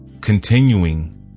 continuing